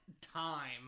time